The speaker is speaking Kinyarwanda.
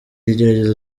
ikigeragezo